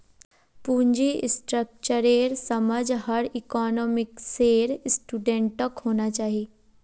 पूंजी स्ट्रक्चरेर समझ हर इकोनॉमिक्सेर स्टूडेंटक होना चाहिए